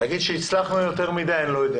להגיד שהצלחנו יותר מדי, אני לא יודע